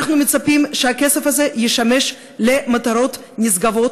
אנחנו מצפים שהכסף הזה ישמש למטרות נשגבות